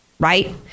Right